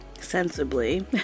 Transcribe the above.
sensibly